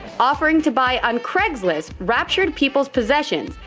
offering to buy on craigslist. raptured people's possessions.